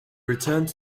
returned